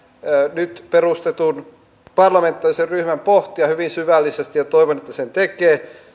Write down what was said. nyt perustetun parlamentaarisen ryhmän pohtia hyvin syvällisesti toivon että se sen tekee